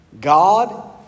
God